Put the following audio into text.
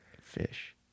fish